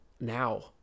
now